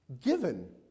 given